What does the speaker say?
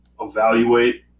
evaluate